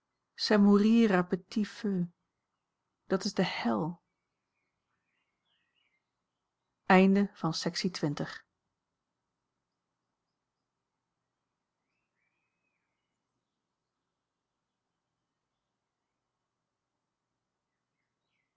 petit feu dat is de hel